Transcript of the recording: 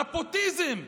נפוטיזם.